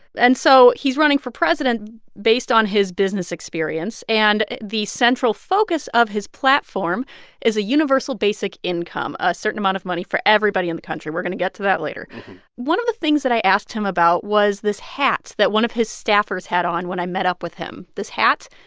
and so he's running for president based on his business experience. and the central focus of his platform is a universal basic income, a certain amount of money for everybody in the country. we're going to get to that later one of the things that i asked him about was this hat that one of his staffers had on when i met up with him. this hat?